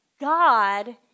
God